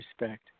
respect